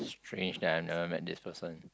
strange that I never met this person